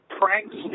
pranks